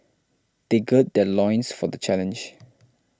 they gird their loins for the challenge